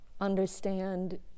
understand